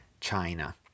China